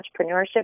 Entrepreneurship